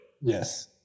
Yes